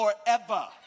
forever